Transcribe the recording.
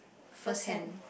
first hand